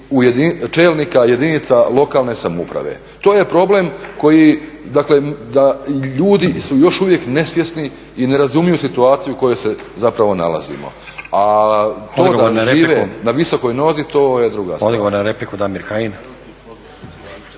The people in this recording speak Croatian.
čelnika jedinica lokalne samouprave. Dakle ljudi su još uvijek nesvjesni i ne razumiju situaciju u kojoj se nalazimo. A to da ne žive na visokoj nozi to je druga stvar.